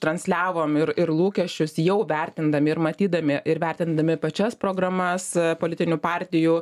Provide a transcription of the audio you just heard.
transliavom ir ir lūkesčius jau vertindami ir matydami ir vertindami pačias programas politinių partijų